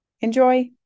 Enjoy